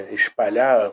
espalhar